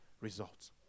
results